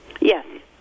Yes